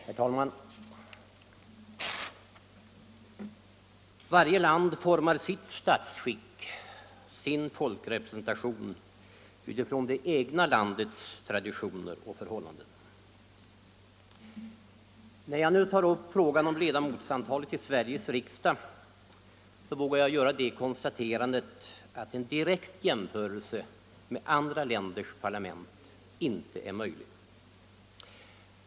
Herr talman! Varje land formar sitt statsskick, sin folkrepresentation utifrån det egna landets traditioner och förhållanden. När jag nu tar upp frågan om ledamotsantalet i Sveriges riksdag vågar jag göra det konstaterandet att en direkt jämförelse med andra länders parlament inte är möjlig.